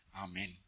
Amen